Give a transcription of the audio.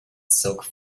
silk